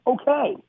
okay